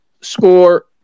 score